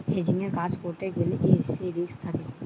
হেজিংয়ের কাজ করতে গ্যালে সে রিস্ক থাকে